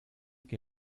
que